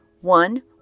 One